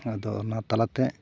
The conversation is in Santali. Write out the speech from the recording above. ᱟᱫᱚ ᱚᱱᱟ ᱛᱟᱞᱟᱛᱮ